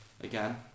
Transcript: again